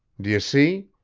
d'ye see?